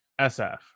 SF